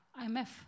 IMF